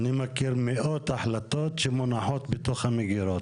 אני מכיר מאות החלטות שמונחות במגירות.